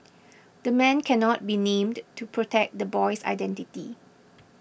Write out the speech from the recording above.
the man cannot be named to protect the boy's identity